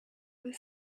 with